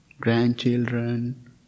grandchildren